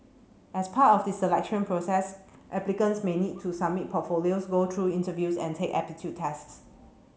as part of the selection process applicants may need to submit portfolios go through interviews and take aptitude tests